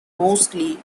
mostly